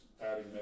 adding